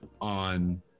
on